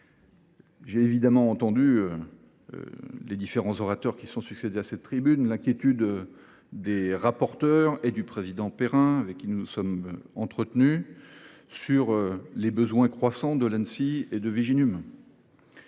J’ai évidemment entendu les différents orateurs qui se sont succédé à cette tribune, ainsi que l’inquiétude des rapporteurs et du président Perrin, avec qui nous nous sommes entretenus, sur les besoins croissants de l’Anssi et de Viginum.